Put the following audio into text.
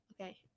Okay